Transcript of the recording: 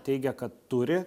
teigia kad turi